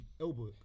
elbow